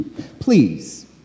Please